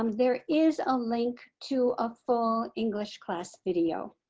um there is a link to a full english class video.